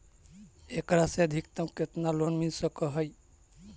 एकरा से अधिकतम केतना लोन मिल सक हइ?